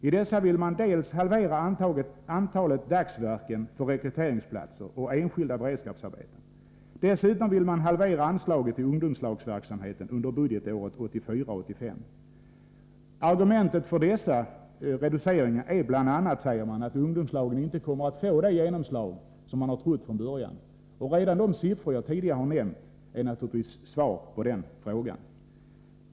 I dessa vill man dels halvera antalet dagsverken för rekryteringsplatser och enskilda beredskapsarbeten, dels halvera anslaget till ungdomslagsverksamheten under budgetåret 1984/85. Argumentet för dessa reduceringar är bl.a. att ungdomslagen inte kommer att få det genomslag som man har trott från början. Redan de siffror jag tidigare har nämnt är naturligtvis svar på den frågan.